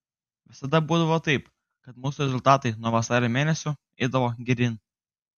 visada būdavo taip kad mūsų rezultatai nuo vasario mėnesio eidavo geryn